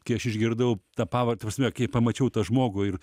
kai aš išgirdau tą pavar ta prasme kai pamačiau tą žmogų ir